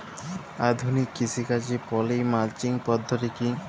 আধুনিক কৃষিকাজে poly mulching পদ্ধতি কি?